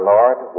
Lord